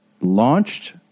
launched